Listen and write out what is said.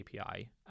API